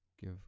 Give